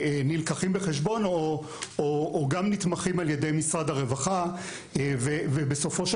נלקחים בחשבון או גם נתמכים ע"י משרד הרווחה ובסופו של